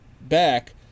back